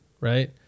right